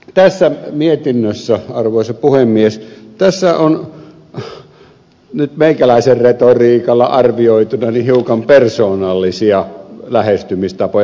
tässä mietinnössä arvoisa puhemies on nyt meikäläisen retoriikalla arvioituna hiukan persoonallisia lähestymistapoja